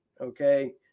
Okay